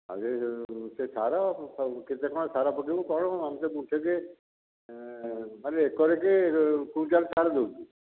ଆଉ ସେ ସେ ସାର କେତେ କ'ଣ ସାର ପକାଇବୁ କ'ଣ ଆମେ ତ ଗୁଣ୍ଠକେ ମାନେ ଏକରକେ କ୍ୱିଣ୍ଟାଲେ ସାର ଦେଉଛୁ